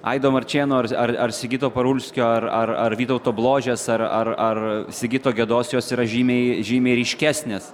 aido marčėno ar ar sigito parulskio ar ar ar vytauto bložės ar ar ar sigito gedos jos yra žymiai žymiai ryškesnės